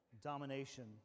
domination